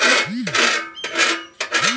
अपने खाते से किसी और के खाते में पैसे कैसे डालें?